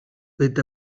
with